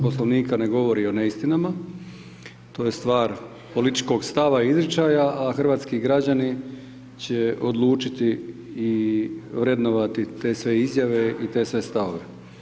Poslovnika ne govori o neistinama, to je stvar političkog stava i izričaja, a hrvatski građani će odlučiti i vrednovati te sve izjave i te sve stavove.